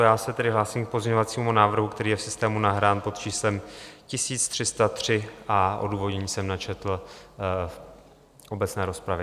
Já se tedy hlásím k pozměňovacímu návrhu, který je v systému nahrán pod číslem 1303, a odůvodnění jsem načetl v obecné rozpravě.